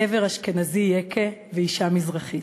גבר אשכנזי יקה ואישה מזרחית.